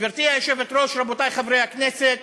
גברתי היושבת-ראש, רבותי חברי הכנסת,